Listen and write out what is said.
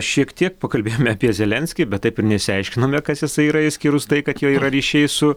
šiek tiek pakalbėjome apie zelenskį bet taip ir neišsiaiškinome kas jisai yra išskyrus tai kad jo yra ryšiai su